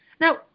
Now